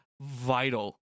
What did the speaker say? vital